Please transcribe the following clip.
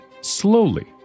slowly